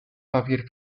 papier